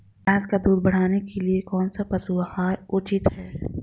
भैंस का दूध बढ़ाने के लिए कौनसा पशु आहार उचित है?